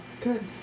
Good